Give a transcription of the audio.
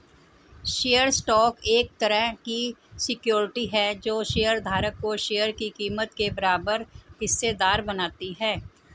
share stock एक तरह की सिक्योरिटी है जो शेयर धारक को शेयर की कीमत के बराबर हिस्सेदार बनाती है